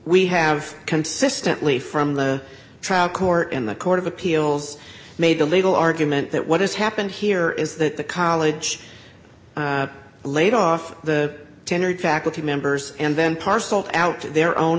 we have consistently from the trial court in the court of appeals made the legal argument that what has happened here is that the college laid off the tendered faculty members and then parse out their own